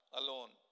alone